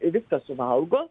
viską suvalgo